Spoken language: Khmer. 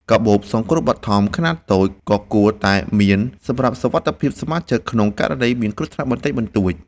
កាបូបសង្គ្រោះបឋមខ្នាតតូច ក៏គួរតែមានសម្រាប់សុវត្ថិភាពសមាជិកក្នុងករណីមានគ្រោះថ្នាក់បន្តិចបន្តួច។